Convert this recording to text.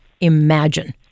imagine